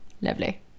Lovely